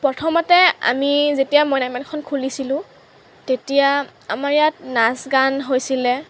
প্ৰথমতে আমি যেতিয়া মইনা মেলখন খুলিছিলোঁ তেতিয়া আমাৰ ইয়াত নাচ গান হৈছিলে